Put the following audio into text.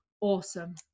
Awesome